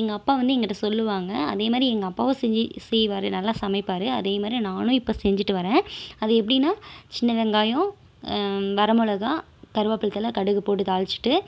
எங்கள் அப்பா வந்து எங்கள்ட சொல்லுவாங்கள் அதேமாதிரி எங்கள் அப்பாவும் செய் செய்வார் நல்லா சமைப்பார் அதேமாதிரி நானும் இப்போ செஞ்சிட்டுவரேன் அது எப்படின்னா சின்ன வெங்காயம் வரமிளகா கருவேப்புலதல கடுகு போட்டு தாளிச்சிட்டு